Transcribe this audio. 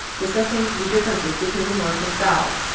discussing the differences between the north and south,